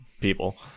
people